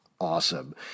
awesome